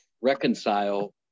reconcile